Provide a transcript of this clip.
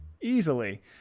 easily